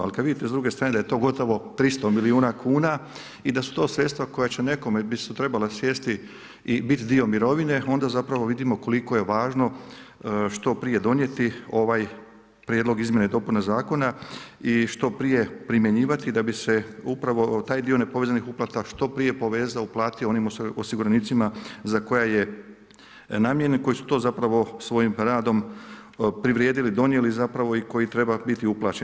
Ali kad vidite s druge strane da je to gotovo 300 milijuna kuna i da su to sredstva koja će nekome bi trebala sjesti i bit dio mirovine, onda zapravo vidimo koliko je važno što prije donijeti ovaj prijedlog izmjene i dopune zakona i što prije primjenjivati da bi se upravo taj dio nepovezanih uplata povezao, uplatio onim osiguranicima za koja je namijenjen i koji su to zapravo svojim radom privredili, donijeli zapravo i koji treba biti uplaćen.